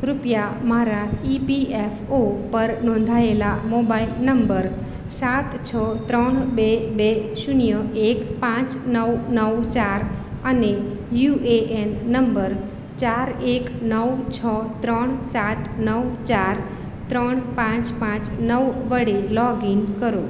કૃપયા મારા ઇપીએફઓ પર નોંધાયેલા મોબાઈલ નંબર સાત છ ત્રણ બે બે શૂન્ય એક પાંચ નવ નવ ચાર અને યુએએન નંબર ચાર એક નવ છ ત્રણ સાત નવ ચાર ત્રણ પાંચ પાંચ નવ વડે લોગિન કરો